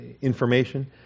information